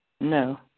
No